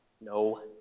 No